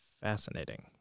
Fascinating